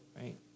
right